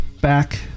back